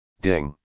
Ding